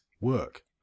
work